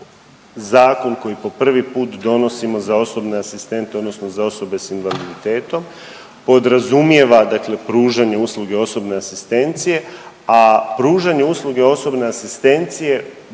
zakon koji po prvi put donosimo za osobne asistente, odnosno za osobe s invaliditetom podrazumijeva dakle pružanje usluge osobne asistencije, a pružanje usluge osobne asistencije